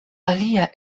alia